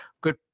good